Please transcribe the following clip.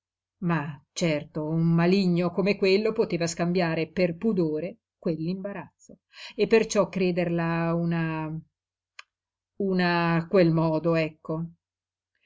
ma certo un maligno come quello poteva scambiare per pudore quell'imbarazzo e perciò crederla una una a quel modo ecco